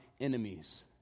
enemies